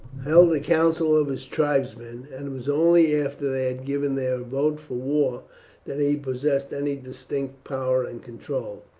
held a council of his tribesmen, and it was only after they had given their vote for war that he possessed any distinct power and control.